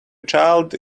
child